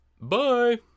Bye